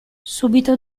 subito